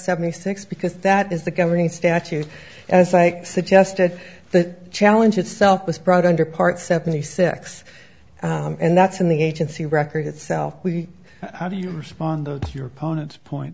seventy six because that is the governing statute as i suggested the challenge itself was brought under part seventy six and that's in the agency record itself we how do you respond to your opponent's point